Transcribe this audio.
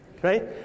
right